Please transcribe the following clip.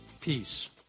peace